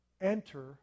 enter